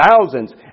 thousands